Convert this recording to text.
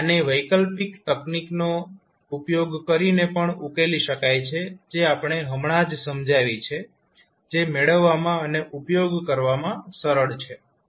આને વૈકલ્પિક તકનીકનો ઉપયોગ કરીને પણ ઉકેલી શકાય છે જે આપણે હમણાં જ સમજાવી છે જે મેળવવામાં અને ઉપયોગ કરવામાં સરળ છે